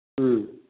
ꯎꯝ